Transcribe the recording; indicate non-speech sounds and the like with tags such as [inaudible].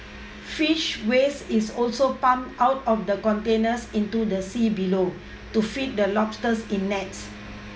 [noise] fish waste is also pumped out of the containers into the sea below to feed the lobsters in nets